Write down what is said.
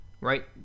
right